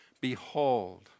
Behold